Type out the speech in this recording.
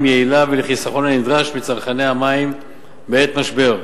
יעילה ולחיסכון הנדרש מצרכני המים בעת משבר.